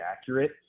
accurate